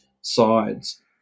sides